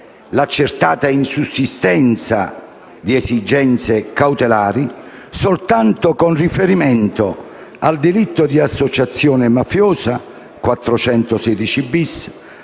l'accertata insussistenza di esigenze cautelari, soltanto con riferimento al delitto di associazione di